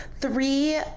three